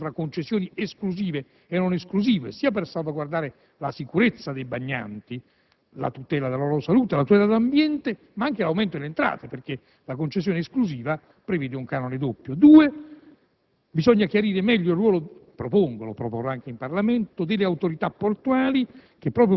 il concetto dell'obbligo di transito. Esso va distinto, a mio avviso, fra concessioni esclusive e non esclusive, sia per salvaguardare la sicurezza dei bagnanti, la tutela della loro salute e dell'ambiente, sia per favorire l'aumento delle entrate, perché la concessione esclusiva prevede un canone doppio.